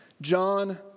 John